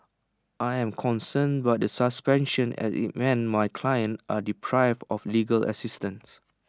I am concerned by the suspension as IT means my clients are deprived of legal assistance